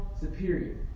superior